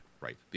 right